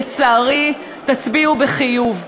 ולצערי תצביעו בחיוב.